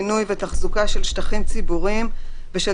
בינוי ותחזוקה של שטחים ציבוריים ושל